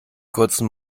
kurzen